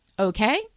Okay